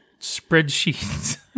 spreadsheets